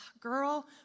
girl